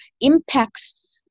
impacts